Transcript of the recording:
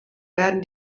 werden